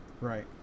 right